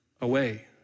away